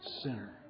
sinner